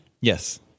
Yes